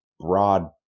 broad